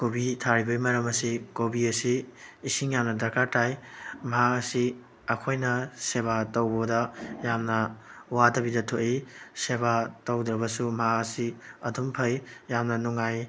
ꯀꯣꯕꯤ ꯊꯥꯔꯤꯕꯒꯤ ꯃꯔꯝ ꯑꯁꯤ ꯀꯣꯕꯤ ꯑꯁꯤ ꯏꯁꯤꯡ ꯌꯥꯝꯅ ꯗꯔꯀꯥꯔ ꯇꯥꯏ ꯃꯍꯥꯛ ꯑꯁꯤ ꯑꯩꯈꯣꯏꯅ ꯁꯦꯕꯥ ꯇꯧꯕꯗ ꯌꯥꯝꯅ ꯋꯥꯗꯕꯤꯗ ꯊꯣꯛꯏ ꯁꯦꯕꯥ ꯇꯧꯗ꯭ꯔꯕꯁꯨ ꯃꯍꯥꯛ ꯑꯁꯤ ꯑꯗꯨꯝ ꯐꯩ ꯌꯥꯝꯅ ꯅꯨꯡꯉꯥꯏ